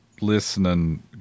listening